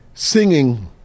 Singing